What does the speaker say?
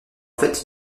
fait